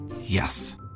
Yes